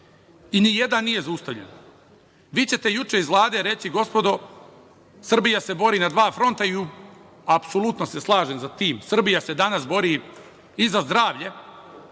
i nijedan nije zaustavljen. Vi ste juče iz Vlade reći – gospodo, Srbija se bori na dva fronta i apsolutno se slažem sa tim. Srbija se danas bori i za zdravlje,